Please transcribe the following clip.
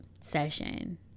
session